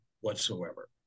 whatsoever